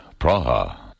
Praha